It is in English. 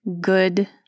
good